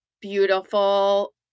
beautiful